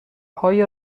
های